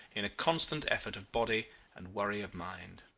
in a constant effort of body and worry of mind.